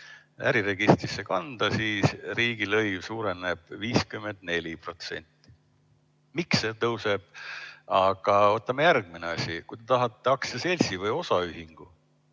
äriregistrisse kanda, siis riigilõiv suureneb 54%. Miks see tõuseb? Võtame järgmine asi: kui te tahate aktsiaseltsi või osaühingu